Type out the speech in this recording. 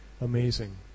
Amazing